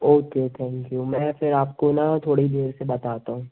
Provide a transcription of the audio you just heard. okay thank you मैं फिर आपको ना थोड़ी देर से बताता हूँ